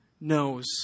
knows